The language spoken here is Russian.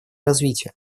развитие